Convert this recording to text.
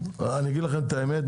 אני אגיד לכם את האמת,